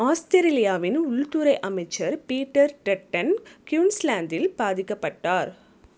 ஆஸ்திரேலியாவின் உள்துறை அமைச்சர் பீட்டர் டெட்டன் குயின்ஸ்லாந்தில் பாதிக்கப்பட்டார்